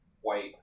White